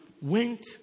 went